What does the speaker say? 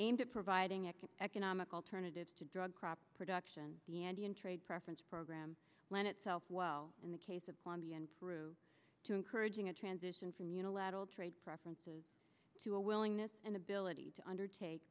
aimed at providing an economic alternative to drug crop production the andean trade preference program lend itself well in the case of colombia and peru to encouraging a transition from unilateral trade preferences to a willingness and ability to undertake